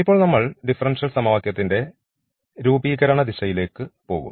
ഇപ്പോൾ നമ്മൾ ഡിഫറൻഷ്യൽ സമവാക്യത്തിന്റെ രൂപീകരണ ദിശയിലേക്ക് പോകും